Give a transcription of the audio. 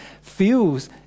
feels